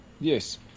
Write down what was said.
Yes